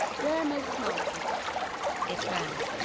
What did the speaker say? dear mrs. mumford it ran,